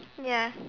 ya